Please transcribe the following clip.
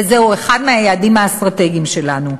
וזהו אחד מהיעדים האסטרטגיים שלנו.